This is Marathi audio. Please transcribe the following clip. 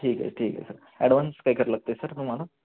ठीक आहे ठीक आहे सर ॲडव्हान्स काय कराय लागते सर तुम्हाला